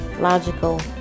logical